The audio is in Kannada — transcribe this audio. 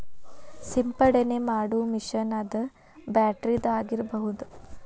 ಸಿಂಪಡನೆ ಮಾಡು ಮಿಷನ್ ಅದ ಬ್ಯಾಟರಿದ ಆಗಿರಬಹುದ